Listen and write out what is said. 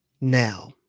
now